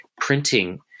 printing